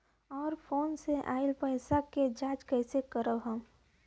और फोन से आईल पैसा के जांच कैसे करब हम?